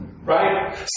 Right